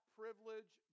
privilege